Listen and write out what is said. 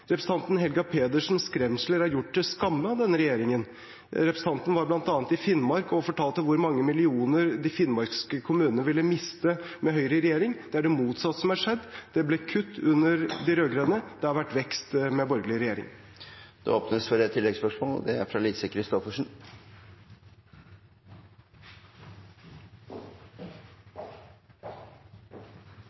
Representanten Helga Pedersens skremsler er gjort til skamme av denne regjeringen. Representanten var bl.a. i Finnmark og fortalte hvor mange millioner finnmarkskommunene ville miste med Høyre i regjering. Det er det motsatte som er skjedd. Det ble kutt under de rød-grønne. Det har vært vekst med borgerlig regjering. Det åpnes for ett oppfølgingsspørsmål – fra Lise Christoffersen.